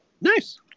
Nice